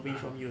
ah